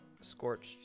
scorched